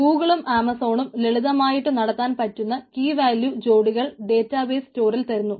ഗൂഗിളും ആമസോണും ലളിതമായിട്ടു നടത്താൻ പറ്റുന്ന കീവാല്യൂ ജോഡികൾ ഡേറ്റാബേസ് സ്റ്റോറിൽ തരുന്നു